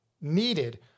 needed